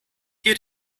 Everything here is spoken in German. die